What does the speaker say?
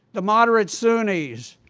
the moderate sunnis,